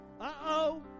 Uh-oh